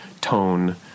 tone